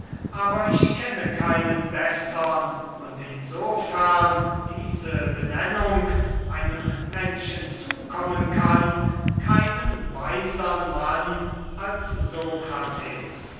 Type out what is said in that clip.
aber ich kenne keinen bessern und in so fern diese benennung einem menschen zukommen kann keinen weisern mann als